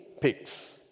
pigs